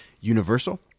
universal